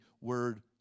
word